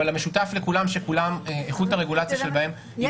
אבל המשותף לכולן היא שאיכות הרגולציה שבהן היא